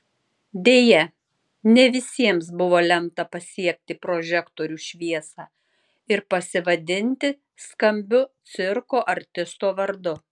deja ne visiems buvo lemta pasiekti prožektorių šviesą ir pasivadinti skambiu cirko artisto vardu